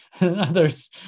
Others